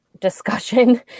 discussion